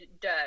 dough